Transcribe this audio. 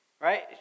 right